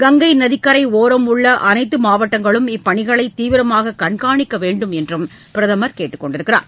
கங்கை நதிக்கரை ஒரம் உள்ள அனைத்து மாவட்டங்களும் இப்பணிகளை தீவிரமாக கண்காணிக்க வேண்டும் எனவும் பிரதமர் கேட்டுக் கொண்டார்